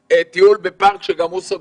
טיול בפארק שגם הוא סגור,